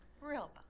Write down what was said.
real